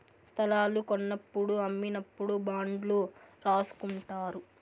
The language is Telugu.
స్తలాలు కొన్నప్పుడు అమ్మినప్పుడు బాండ్లు రాసుకుంటారు